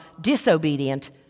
disobedient